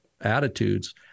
attitudes